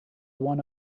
one